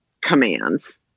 commands